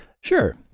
Sure